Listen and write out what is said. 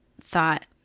thought